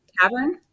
cavern